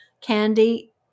candy